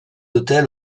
autel